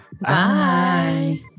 Bye